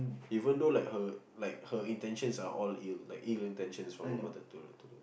even though like her like her intentions are all ill like ill intentions from